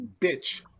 bitch